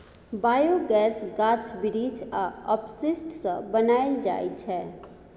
biogas गाछ बिरीछ आ अपशिष्ट सँ बनाएल जाइ छै